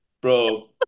Bro